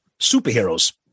Superheroes